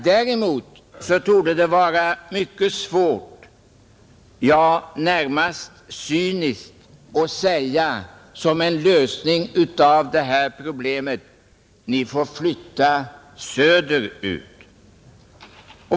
Däremot torde det vara mycket svårt, ja närmast cyniskt att säga: Ni får flytta söderut!